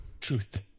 truth